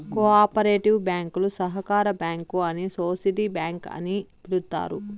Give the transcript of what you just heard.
co operative బ్యాంకులు సహకార bank అని సోసిటీ బ్యాంక్ అని పిలుత్తారు